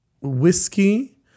whiskey